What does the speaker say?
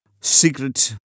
Secret